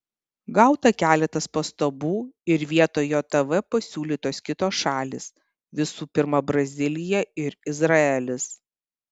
gauta keletas pastabų ir vietoj jav pasiūlytos kitos šalys visų pirma brazilija ir izraelis